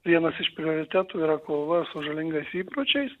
vienas iš prioritetų yra kova su žalingais įpročiais